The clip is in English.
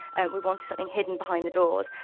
and we wanted something hidden behind the doors.